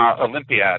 Olympiad